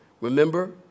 Remember